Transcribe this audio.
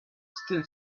still